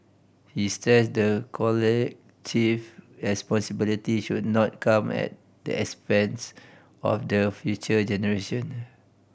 he stressed the collective responsibility should not come at the expense of the future generation